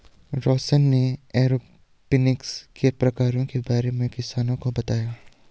रौशन ने एरोपोनिक्स के प्रकारों के बारे में किसानों को बताया